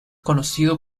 conocido